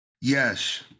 Yes